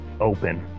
open